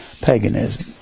paganism